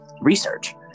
research